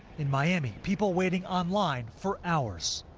in miami, people waiting online for hours.